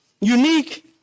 unique